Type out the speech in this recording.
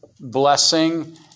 blessing